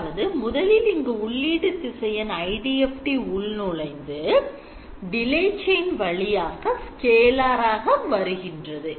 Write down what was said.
அதாவது முதலில் இங்கு உள்ளீட்டு திசையன் IDFT உள்நுழைந்து delay chain வழியாக scalar ஆக வருகின்றது